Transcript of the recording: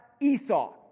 Esau